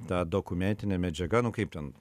ta dokumentinė medžiaga nu kaip ten